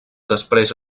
després